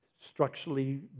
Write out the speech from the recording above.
structurally